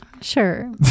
sure